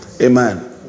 Amen